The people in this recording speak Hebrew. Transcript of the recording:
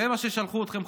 זה מה ששלחו אתכם,